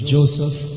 Joseph